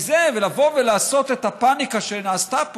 מזה לבוא ולעשות את הפניקה שנעשתה פה,